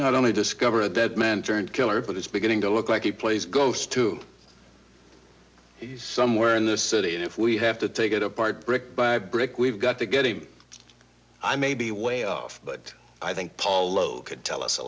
dead man turned killer but it's beginning to look like he plays ghost to he's somewhere in the city and if we have to take it apart brick by brick we've got to get him i may be way off but i think paulo could tell us a